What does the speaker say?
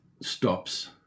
stops